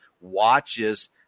watches